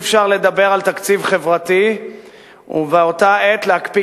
אי-אפשר לדבר על תקציב חברתי ובאותה עת להקפיא